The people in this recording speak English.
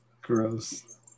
gross